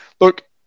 look